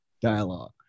Dialogue